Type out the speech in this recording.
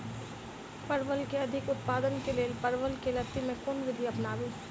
परवल केँ अधिक उत्पादन केँ लेल परवल केँ लती मे केँ कुन विधि अपनाबी?